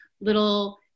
little